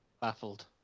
Baffled